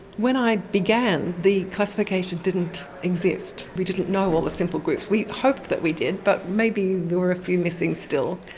when i began the classification didn't exist, we didn't know all the simple groups. we hoped that we did, but maybe there were a few missing still.